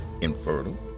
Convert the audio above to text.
infertile